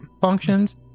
functions